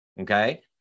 okay